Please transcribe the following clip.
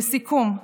לסיכום,